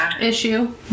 issue